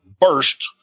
burst